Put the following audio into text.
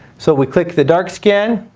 so we click the dark scan,